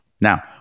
Now